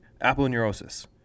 aponeurosis